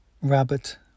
Rabbit